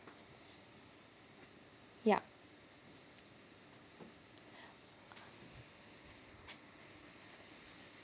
yup